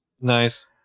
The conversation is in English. nice